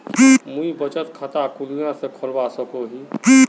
मुई बचत खता कुनियाँ से खोलवा सको ही?